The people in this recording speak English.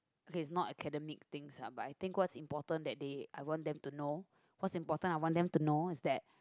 okay it's not academic things lah but I think what's important that they I want them to know what's important I want them to know is that